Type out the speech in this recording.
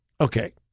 Okay